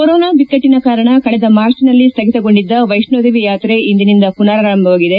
corona ಬಿಕ್ಟಟನ ಕಾರಣ ಕಳೆದ ಮಾರ್ಚ್ನಲ್ಲಿ ಸ್ಥಗಿತಗೊಂಡಿದ್ದ ವೈಷ್ಣೋದೇವಿ ಯಾತ್ರೆ ಇಂದಿನಿಂದ ಪುನರಾರಂಭವಾಗಿದೆ